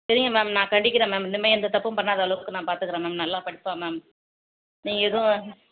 சரிங்க மேம் நான் கண்டிக்கிறேன் மேம் இனிமேல் எந்த தப்பும் பண்ணாத அளவுக்கு நான் பார்த்துகிறேன் மேம் நல்லா படிப்பான் மேம் நீங்கள் எதுவும்